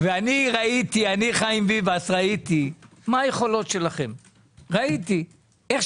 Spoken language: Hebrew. אני חיים ראיתי מה היכולות שלכם - כשאתם